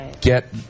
get